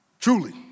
Truly